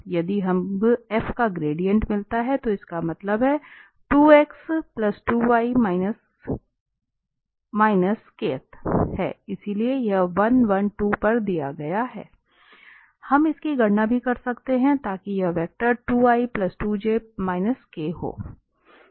यदि हमें f का ग्रेडिएंट मिलता है तो इसका मतलब है इसलिए यह 112 पर दिया गया है हम इसकी गणना भी कर सकते हैं ताकि यह वेक्टर हो